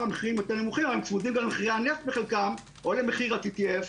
המחירים יותר מנוכים אבל צמודים למחירי הנפט בחלקם או למחיר ה-TTF.